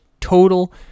total